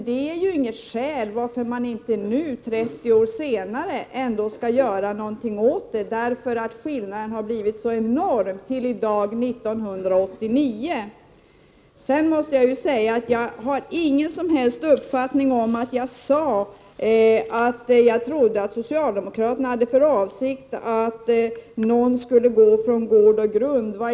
Det är dock inget skäl till att man inte nu 30 år senare ändå skulle göra något åt det, eftersom skillnaden har blivit så enorm fram till i dag år 1989. Jag har ingen som helst uppfattning om att jag skulle ha sagt att jag trodde att socialdemokraterna har för avsikt att någon skall gå från gård och grund.